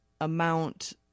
amount